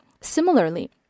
Similarly